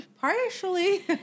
Partially